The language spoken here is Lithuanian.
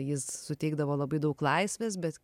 jis suteikdavo labai daug laisvės bet